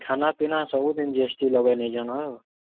ଖାନା ପିନା ସବୁଥିଁ ଜି ଏସ୍ ଟି ଲଗାଇ ନେଇଛନ୍ ହୋ